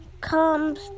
comes